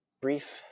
Brief